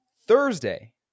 Thursday